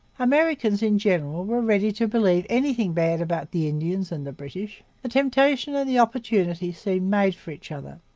americans in general were ready to believe anything bad about the indians and the british. the temptation and the opportunity seemed made for each other.